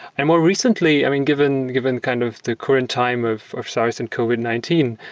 and more recently, i mean, given given kind of the current time of of sars and covid nineteen.